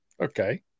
Okay